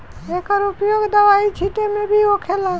एकर उपयोग दवाई छींटे मे भी होखेला